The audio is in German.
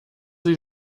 sie